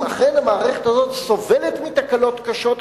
אם אכן המערכת הזאת סובלת מתקלות קשות כאלה,